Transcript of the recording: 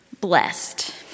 blessed